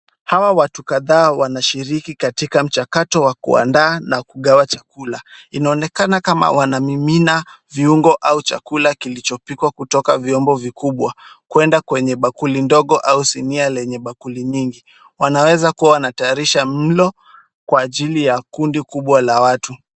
Hawa watu kadhaa wanashiriki katika mchakato wa kuandaa na kugawa chakula. Inaonekana kama wanamimina viungo au chakula kilichopikwa kutoka vyombo vikubwa kwenda kwenye bakuli ndogo au sinia lenye bakuli nyingi. Wanaweza kuwa wanatayarisha mlo kwa ajili ya kundi kubwa la watu.